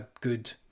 Good